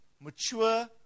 mature